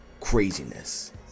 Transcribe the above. craziness